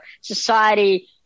society